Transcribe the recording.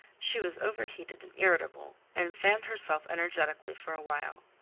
she was overheated and irritable, and fanned herself energetically for a while.